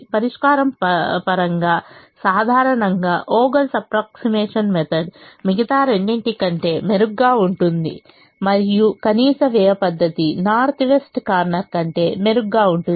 పరిష్కారం పరంగా సాధారణంగా వోగెల్Vogels' అప్ప్రోక్సిమేషన్ మెథడ్ మిగతా రెండింటి కంటే మెరుగ్గా ఉంటుంది మరియు కనీస వ్యయం పద్ధతి నార్త్ వెస్ట్ కార్నర్ కంటే మెరుగ్గా ఉంటుంది